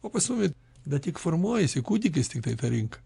o pasiūlyt ne tik formuojasi kūdikis tiktai ta rinka